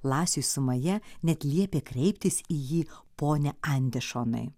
lasiui su maja net liepė kreiptis į jį pone andešonai